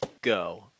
go